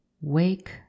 Wake